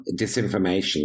disinformation